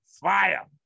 fire